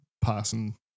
passing